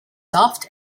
soft